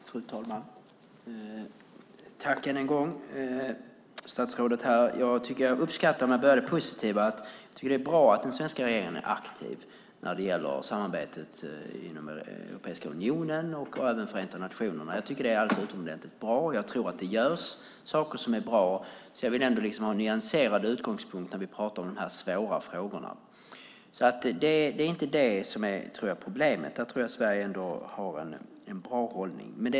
Fru talman! Tack än en gång, statsrådet! Jag börjar med det positiva. Jag tycker att det är bra att den svenska regeringen är aktiv när det gäller samarbetet inom Europeiska unionen och även Förenta nationerna. Jag tycker att det är utomordentligt bra. Jag tror att det görs saker som är bra. Jag vill liksom ha en nyanserad utgångspunkt när vi pratar om de här svåra frågorna. Det är alltså inte detta som jag tror är problemet. Där tror jag att Sverige har en bra hållning.